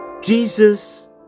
Jesus